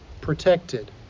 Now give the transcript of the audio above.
protected